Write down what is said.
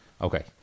Okay